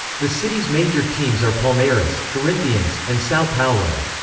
the city's major teams are palmeiras, corinthians, and sao paulo.